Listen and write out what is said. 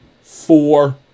four